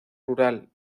rural